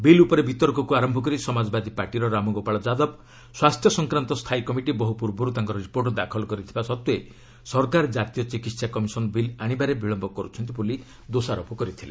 bill ଉପରେ ବିତର୍କକ୍ ଆରମ୍ଭ କରି ସମାଜାବାଦୀ ପାର୍ଟିର ରାମଗୋପାଳ ଯାଦବ' ସ୍ୱାସ୍ଥ୍ୟ ସଂକ୍ରାନ୍ତ ସ୍ଥାୟୀ କମିଟି ବହୁ ପୂର୍ବରୁ ତାଙ୍କର ରିପୋର୍ଟ ଦାଖଲ କରିଥିବା ସତ୍ତ୍ୱେ ସରକାର ଜାତୀୟ ଚିକିତ୍ସା କମିଶନ ବିଲ୍ ଆଶିବାରେ ବିଳମ୍ବ କର୍ରଛନ୍ତି ବୋଲି ଦୋଷାରୋପ କରିଥଲେ